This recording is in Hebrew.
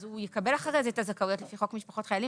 הוא יקבל אחר כך את הזכאות לפי חוק משפחות חיילים.